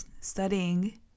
studying